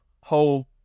whole